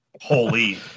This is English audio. Holy